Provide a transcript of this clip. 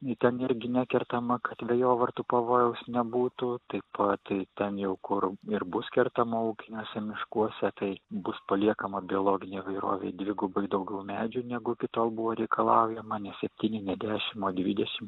ji ten irgi nekertama kad vėjovartų pavojaus nebūtų taip pat ten jau kur ir bus kertama ūkiniuose miškuose tai bus paliekama biologinei įvairovei dvigubai daugiau medžių negu iki tol buvo reikalaujama ne septyni ne dešim o dvidešim